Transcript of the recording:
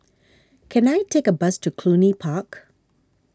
can I take a bus to Cluny Park